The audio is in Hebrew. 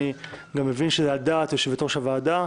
אני מבין שזה גם על דעת יושבת ראש הוועדה.